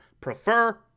prefer